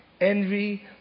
envy